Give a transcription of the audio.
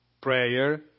Prayer